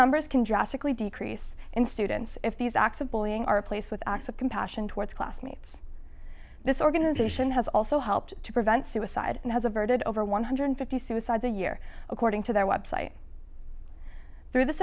numbers can drastically decrease in students if these acts of bullying are placed with acts of compassion towards classmates this organization has also helped to prevent suicide and has a verdict over one hundred fifty suicides a year according to their website through this